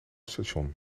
station